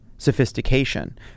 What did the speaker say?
sophistication